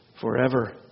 forever